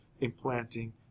implanting